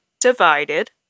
divided